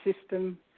system